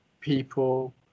people